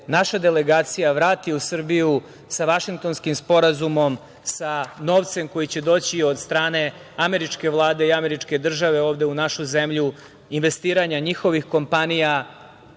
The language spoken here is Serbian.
naša delegacija vrati u Srbiju sa Vašingtonskim sporazumom, sa novcem koji će doći od strane američke vlade i američke države ovde u našu zemlju, investiranja njihovih kompanija